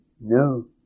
No